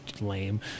lame